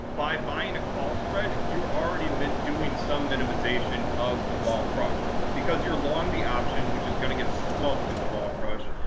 by buying a call spread, you're already meant doing some minimization of the vol crush, because you're long the option, which is going to get smoked in the vol crush.